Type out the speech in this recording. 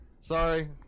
Sorry